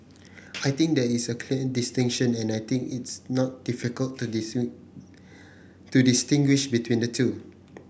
I think there is clear distinction and I think it's not difficult to to distinguish between the two